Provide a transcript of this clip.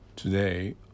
Today